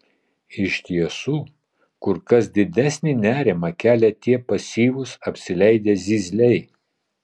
iš tiesų kur kas didesnį nerimą kelia tie pasyvūs apsileidę zyzliai